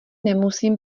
nemusím